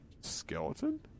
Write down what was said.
skeleton